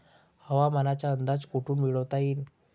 हवामानाचा अंदाज कोठून मिळवता येईन?